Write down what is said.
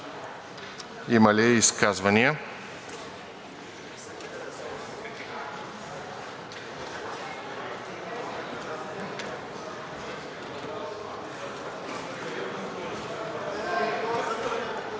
Има ли изказвания?